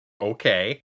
okay